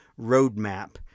roadmap